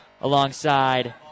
alongside